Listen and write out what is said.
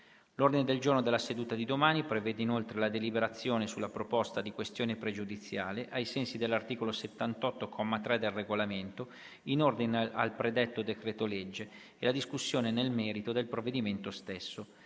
L'ordine del giorno della seduta di domani prevede, inoltre, la deliberazione sulla proposta di questione pregiudiziale, ai sensi dell'articolo 78, comma 3, del Regolamento, in ordine al predetto decreto-legge e la discussione nel merito del provvedimento stesso.